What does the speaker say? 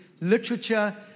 literature